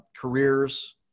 careers